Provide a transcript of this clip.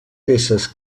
peces